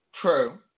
True